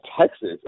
Texas